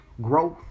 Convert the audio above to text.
growth